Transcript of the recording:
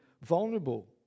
vulnerable